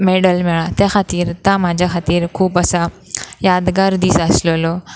medal मेळ्ळा त्या खातीर तें म्हाज्या खातीर खूब आसा यादगार दीस आसलेलो